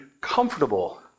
comfortable